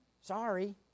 Sorry